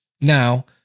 Now